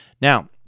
Now